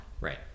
right